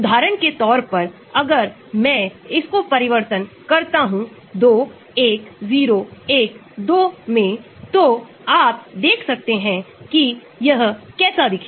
जबकि अम्ल फॉर्म बनता है जब आप इलेक्ट्रान दानकरते हैं जैसे कि OH OR NHCOCH3 और आदि